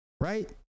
Right